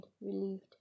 relieved